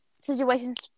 situations